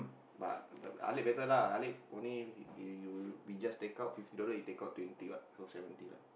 but but Alif better lah Alif only you we just take out fifty dollar take out twenty what so seventy